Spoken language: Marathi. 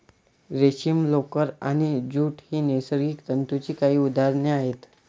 रेशीम, लोकर आणि ज्यूट ही नैसर्गिक तंतूंची काही उदाहरणे आहेत